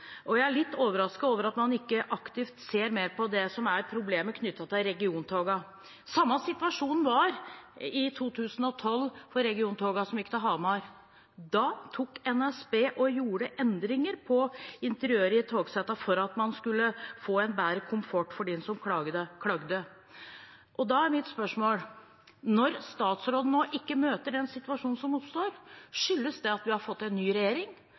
Jeg er litt overrasket over at man ikke aktivt ser mer på det som er problemet knyttet til regiontogene. Samme situasjon var det i 2012 for regiontogene som gikk til Hamar. Da gjorde NSB endringer på interiøret i togsettene for at man skulle få en bedre komfort for dem som klagde. Da er mitt spørsmål: Når statsråden nå ikke møter den situasjonen som oppstår, skyldes det at vi har fått en ny regjering?